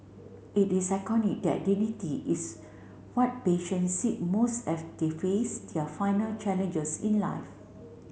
it is iconic that dignity is what patient seek most as they face their final challenges in life